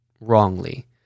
wrongly